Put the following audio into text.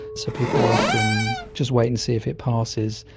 so people will often just wait and see if it passes,